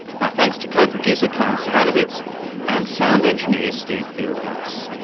my thanks to co-producer karin zsivanovits and sound engineer steve fieldhouse.